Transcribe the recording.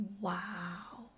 Wow